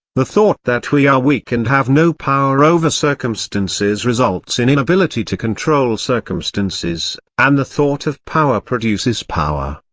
the thought that we are weak and have no power over circumstances results in inability to control circumstances, and the thought of power produces power.